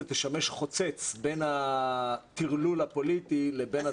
תשמש חוצץ בין הטרלול הפוליטי לבין הצורך ביציבות.